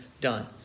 done